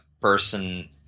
person